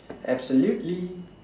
absolutely